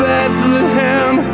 Bethlehem